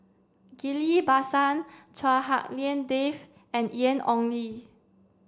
Ghillie Basan Chua Hak Lien Dave and Ian Ong Li